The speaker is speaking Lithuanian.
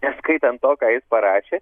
neskaitan to ką jis parašė